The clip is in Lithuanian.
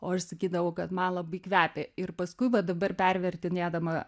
o aš sakydavau kad man labai kvepia ir paskui va dabar pervertinėdama